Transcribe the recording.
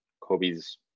Kobe's